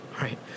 right